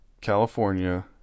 California